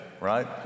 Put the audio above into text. right